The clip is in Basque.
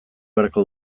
beharko